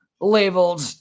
Labeled